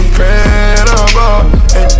Incredible